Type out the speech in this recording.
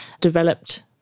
developed